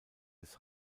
des